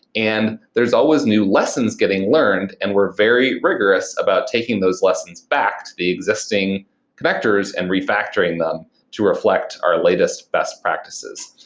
and there's always new lessons getting learned and we're very rigorous about taking those lessons back to the existing connectors and re-factoring them to reflect our latest best practices.